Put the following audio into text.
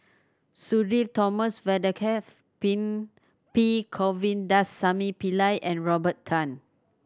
Sudhir Thomas Vadaketh P Govindasamy Pillai and Robert Tan